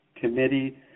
committee